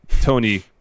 Tony